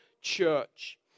church